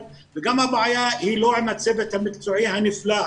הבעיה היא לא עם הצוות המקצועי הנפלא,